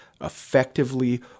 effectively